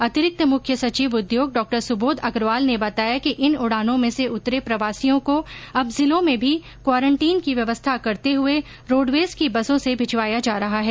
अतिरिक्त मुख्य सचिव उद्योग डॉ सुबोध अग्रवाल ने बताया कि इन उड़ानों में से उतरे प्रवासियों को अब जिलों में भी क्वारंटीइन की व्यवस्था करते हुए रोडवेज की बसों से भिजवाया जा रहा है